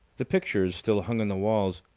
the pictures still hung on the walls.